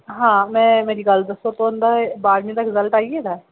आं मेरी गल्ल सुनो तुंदा बारहमीं दा रिजल्ट आई गेदा